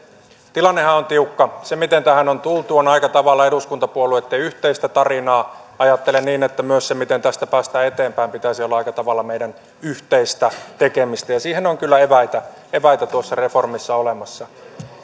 tilannehan on tiukka se miten tähän on tultu on aika tavalla eduskuntapuolueitten yhteistä tarinaa ajattelen niin että myös sen miten tästä päästään eteenpäin pitäisi olla aika tavalla meidän yhteistä tekemistä ja siihen on kyllä eväitä eväitä tuossa reformissa olemassa